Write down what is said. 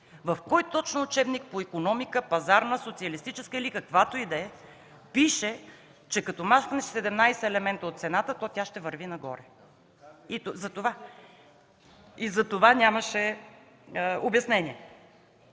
В кой точно учебник по икономика – пазарна, социалистическа или каквато и да е, пише, че като махнеш 17 елемента от цената, то тя ще върви нагоре?! И за това нямаше обяснение.